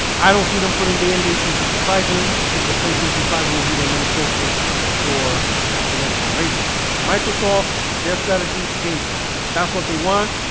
i don't see them putting day and day playstation five games because playstation five will be their main focus for the next generation microsoft their strategy game past. that's what they want.